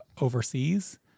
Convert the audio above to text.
overseas